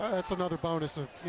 that's another bonus, you